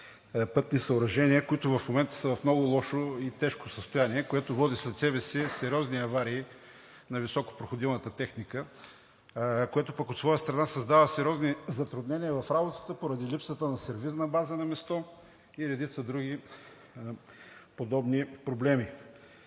пътни съоръжения, които в момента са в много лошо и тежко състояние, което води след себе си сериозни аварии на високопроходимата техника, което пък от своя страна създава сериозни затруднения в работата поради липсата на сервизна база на място и редица други подобни проблеми.